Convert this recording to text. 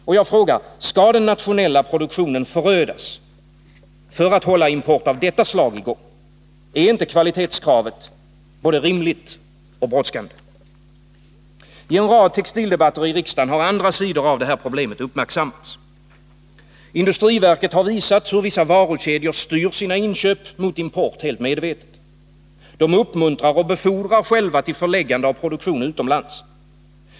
Och jag frågar: Skall den nationella produktionen förödas för att hålla import av detta slag i gång? Är inte kvalitetskravet både rimligt och brådskande? I en rad textildebatter i riksdagen har andra sidor av detta problem uppmärksammats. Industriverket har visat hur vissa varukedjor styr sina inköp mot import helt medvetet. De uppmuntrar och befordrar själva till förläggande av produktion utomlands.